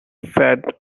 fed